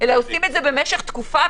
אלא במשך תקופה,